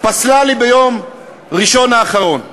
פסלה לי ביום ראשון האחרון.